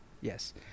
yes